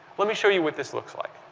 let me show you what this looks like.